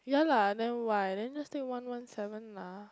yeah lah then why then just take one one seven lah